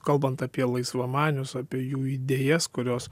kalbant apie laisvamanius apie jų idėjas kurios